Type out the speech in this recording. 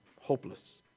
hopeless